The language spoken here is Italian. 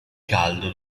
caldo